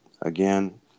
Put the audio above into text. Again